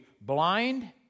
blind